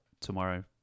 tomorrow